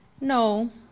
No